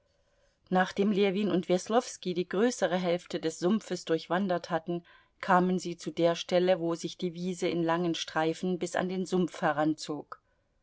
nachdem ljewin und weslowski die größere hälfte des sumpfes durchwandert hatten kamen sie zu der stelle wo sich die wiese in langen streifen bis an den sumpf heranzog